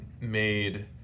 made